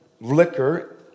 liquor